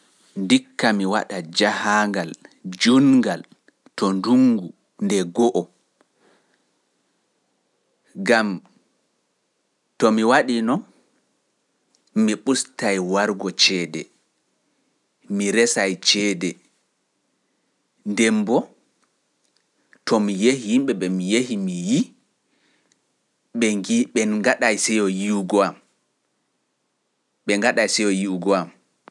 Ndikka mi waɗa jahaangal junngal to ndungu nde go'o, ngam to mi waɗiino, mi ɓustay wargo ceede, mi resey ceede, nden mboo, to mi yehi yimɓe ɓe mi yehi mi yi, ɓe ngaɗa seyo yi'ugo am.